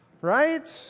Right